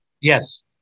Yes